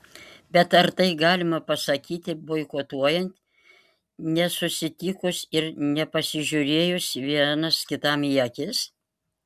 bet ar tai galima pasakyti boikotuojant nesusitikus ir nepasižiūrėjus vienas kitam į akis